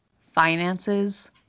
finances